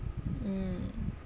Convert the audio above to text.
mm